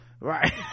right